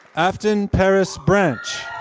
afton perez branche.